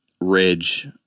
ridge